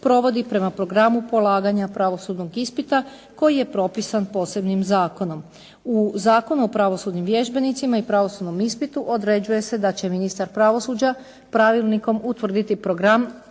provodi prema programu polaganja pravosudnog ispita koji je propisan posebnim zakonom. U Zakonu o pravosudnim vježbenicima i pravosudnom ispitu određuje se da će ministar pravosuđa pravilnikom utvrditi program